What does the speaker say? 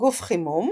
גוף חימום